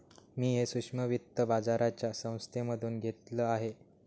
मी हे सूक्ष्म वित्त बाजाराच्या संस्थेमधून घेतलं आहे